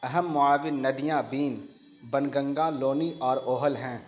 اہم معاون ندیاں بین بنگنگا لونی اور اوہل ہیں